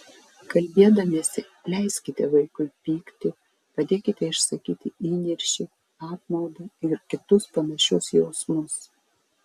kalbėdamiesi leiskite vaikui pykti padėkite išsakyti įniršį apmaudą ir kitus panašius jausmus